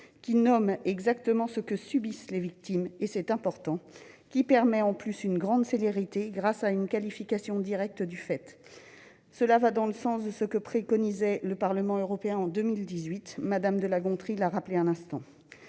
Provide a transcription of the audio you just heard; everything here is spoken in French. qui nommera exactement ce que subissent les victimes, ce qui est important, et permettra une plus grande célérité, grâce à une qualification directe du fait. Ce texte va dans le sens de ce que préconisait le Parlement européen en 2018, comme Mme de La Gontrie l'a rappelé à l'instant.